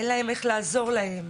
אין להם איך לעזור להם.